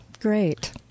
Great